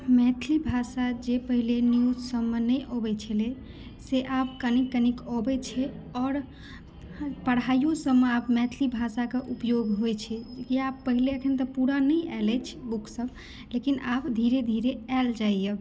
मैथिली भाषा जे पहिले न्यूज सभमे नहि अबै छलै से आब कनिक कनिक अबै छै आओर आब पढ़ाइयो सभमे आब मैथिली भाषाके उपयोग होइ छै या पहिले एखन तऽ पूरा नहि आयल अछि बुक सभ लेकिन आब धीरे धीरे आयल जाइए